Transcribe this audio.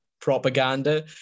propaganda